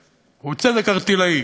צדק, הוא צדק ערטילאי.